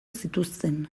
zituzten